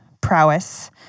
prowess